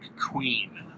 Queen